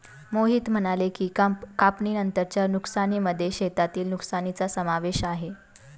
मोहित म्हणाले की, कापणीनंतरच्या नुकसानीमध्ये शेतातील नुकसानीचा समावेश आहे